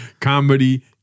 comedy